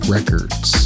Records